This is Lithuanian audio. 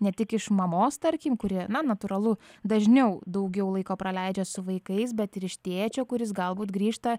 ne tik iš mamos tarkim kuri na natūralu dažniau daugiau laiko praleidžia su vaikais bet ir iš tėčio kuris galbūt grįžta